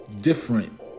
different